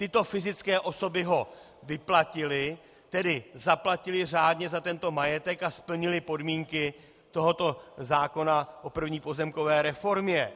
Tyto fyzické osoby ho vyplatily, tedy zaplatily řádně za tento majetek a splnily podmínky tohoto zákona o první pozemkové reformě.